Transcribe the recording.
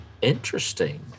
Interesting